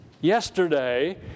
Yesterday